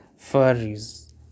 furries